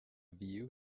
view